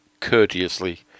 courteously